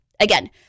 Again